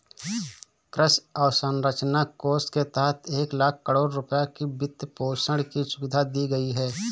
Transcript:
कृषि अवसंरचना कोष के तहत एक लाख करोड़ रुपए की वित्तपोषण की सुविधा दी गई है